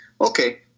okay